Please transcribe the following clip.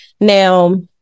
Now